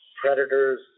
Predators